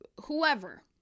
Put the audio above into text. whoever